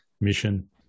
Mission